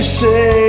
say